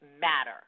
matter